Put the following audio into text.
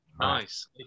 Nice